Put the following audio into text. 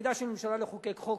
תפקידה של ממשלה לחוקק חוק,